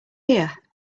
here